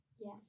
Yes